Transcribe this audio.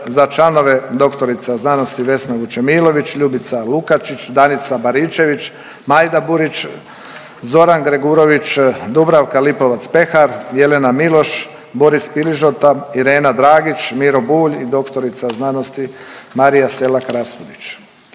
za članove dr. sc. Vesna Vučemilović, Ljubica Lukačić, Danica Baričević, Majda Burić, Zoran Gregurović, Dubravka Lipovac Pehar, Jelena Miloš, Boris Piližota, Irena Dragić, Miro Bulj i dr. sc. Marija Selak Raspudić.